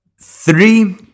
three